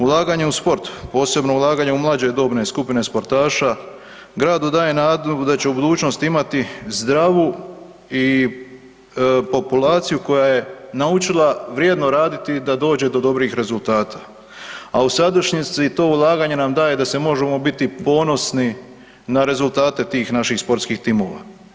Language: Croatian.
Ulaganje u sport, posebno ulaganje u mlađe dobne skupine sportaša gradu daje nadu da će u budućnosti imati zdravu populaciju koja je naučila vrijedno raditi da dođe do dobrih rezultata, a u sadašnjici to ulaganje nam daje da možemo biti ponosni na rezultate tih naših sportskih timova.